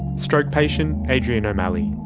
stroke patient adrian o'malley,